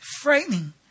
frightening